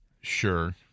Sure